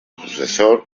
sucesor